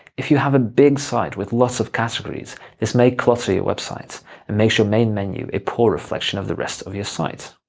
if you have a big site with lots of categories, this may clutter your website and makes your main menu a poor reflection of the rest of your site.